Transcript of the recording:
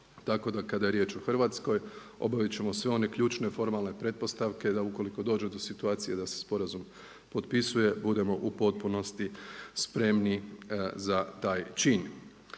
tako da kada je riječ o Hrvatskoj obavit ćemo sve one ključne formalne pretpostavke da ukoliko dođe do situacije da se sporazum potpisuje budemo u potpunosti spremni za taj čin.